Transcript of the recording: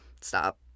stop